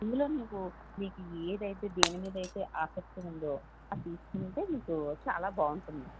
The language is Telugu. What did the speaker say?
ఇందులో మీకు మీకు ఏది అయితే దేని మీద అయితే ఆసక్తి ఉందో అది తీసుకుంటే మీకు చాలా బాగుంటుంది అమ్మా